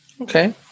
Okay